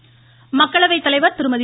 சுமித்ராடமகாஜன் மக்களவை தலைவர் திருமதி